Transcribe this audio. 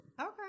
Okay